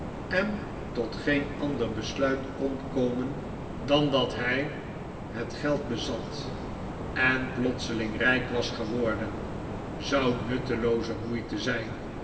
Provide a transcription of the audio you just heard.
en tot geen ander besluit kon komen dan dat hij het geld bezat en plotseling rijk was geworden zou nuttelooze moeite zijn